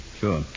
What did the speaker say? Sure